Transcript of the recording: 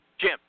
Jim